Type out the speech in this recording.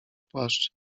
płaszcz